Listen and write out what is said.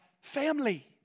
family